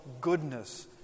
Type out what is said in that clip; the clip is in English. goodness